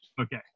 okay